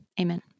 Amen